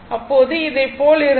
இப்போது இதை போல் இருந்தால்